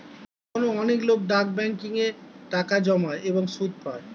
এখনো অনেক লোক ডাক ব্যাংকিং এ টাকা জমায় এবং সুদ পায়